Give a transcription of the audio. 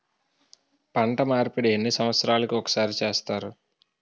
పంట మార్పిడి ఎన్ని సంవత్సరాలకి ఒక్కసారి చేస్తారు?